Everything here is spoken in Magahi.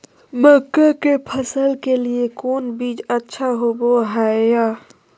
मक्का के फसल के लिए कौन बीज अच्छा होबो हाय?